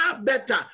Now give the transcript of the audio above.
better